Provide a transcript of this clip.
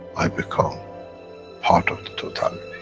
i become part of the totality.